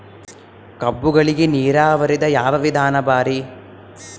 ಕಬ್ಬುಗಳಿಗಿ ನೀರಾವರಿದ ಯಾವ ವಿಧಾನ ಭಾರಿ?